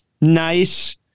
nice